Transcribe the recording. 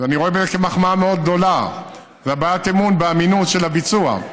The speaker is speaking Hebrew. אני רואה בזה מחמאה מאוד גדולה והבעת אמון באמינות של הביצוע,